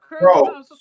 bro